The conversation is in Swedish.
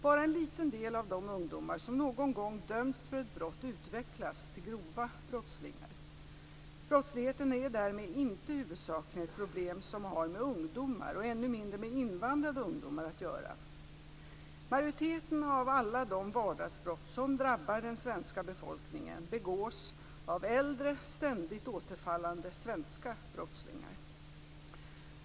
Bara en liten del av de ungdomar som någon gång dömts för ett brott utvecklas till grova brottslingar. Brottsligheten är därmed inte huvudsakligen ett problem som har med ungdomar, och ännu mindre med invandrade ungdomar, att göra. Majoriteten av alla de vardagsbrott som drabbar den svenska befolkningen begås av äldre ständigt återfallande svenska brottslingar.